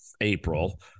April